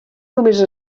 només